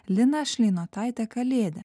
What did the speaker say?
liną šleinotaitę kalėdę